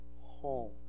home